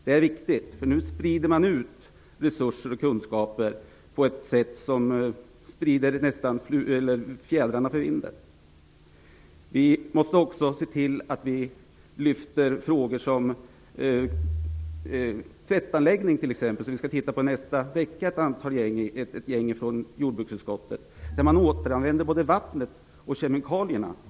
Det är viktigt, för nu sprider man ut resurser och kunskaper nästan som fjädrar för vinden. Vi måste också lyfta fram sådana saker som tvättanläggningar. Nästa vecka skall ett gäng från jordbruksutskottet titta på en biltvättanläggning där man återanvänder både vattnet och kemikalierna.